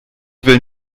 will